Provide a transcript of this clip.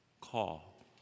call